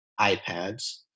iPads